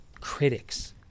critics